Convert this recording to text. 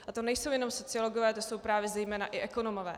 A to nejsou jenom sociologové, to jsou právě zejména i ekonomové.